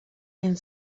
and